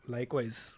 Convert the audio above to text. Likewise